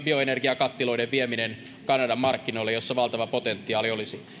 bioenergiakattiloiden vieminen kanadan markkinoille joilla valtava potentiaali olisi